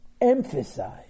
emphasize